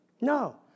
No